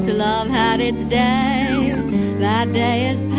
love had its day that day is